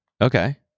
Okay